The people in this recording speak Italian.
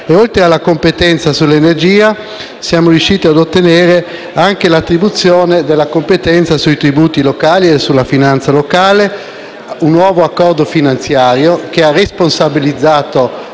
Oltre alla competenza sull'energia, siamo riusciti a ottenere l'attribuzione della competenza sui tributi locali e sulla finanza locale. C'è stato un nuovo accordo finanziario che ha responsabilizzato